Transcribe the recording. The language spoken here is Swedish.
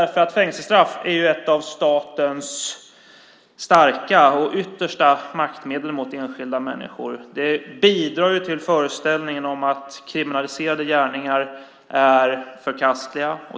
Fängelsestraff är ett av statens starkaste och yttersta maktmedel mot enskilda människor. Det bidrar till föreställningen att kriminaliserade gärningar är förkastliga.